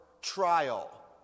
trial